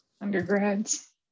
Undergrads